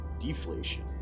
deflation